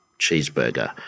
cheeseburger